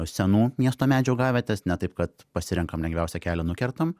senų miesto medžių augavietės ne taip kad pasirenkam lengviausią kelią nukertam